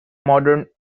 modern